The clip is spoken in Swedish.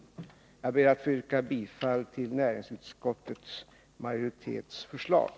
Jag ber att få yrka bifall till näringsutskottets majoritets förslag.